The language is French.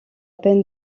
peine